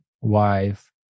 wife